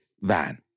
van